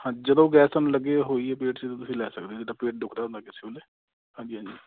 ਹਾਂ ਜਦੋਂ ਗੈਸ ਤੁਹਾਨੂੰ ਲੱਗੇ ਹੋਈ ਹੈ ਪੇਟ 'ਚ ਤਾਂ ਤੁਸੀਂ ਲੈ ਸਕਦੇ ਹੋ ਜਿੱਦਾਂ ਪੇਟ ਦੁੱਖਦਾ ਹੁੰਦਾ ਕਿਸੇ ਵੇਲੇ ਹਾਂਜੀ ਹਾਂਜੀ